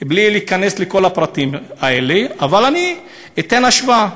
וכו' בלי להיכנס לכל הפרטים האלה, אני אתן השוואה.